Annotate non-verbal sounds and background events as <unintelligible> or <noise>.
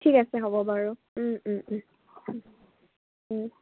ঠিক আছে হ'ব বাৰু <unintelligible>